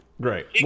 great